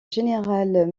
général